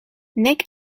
nek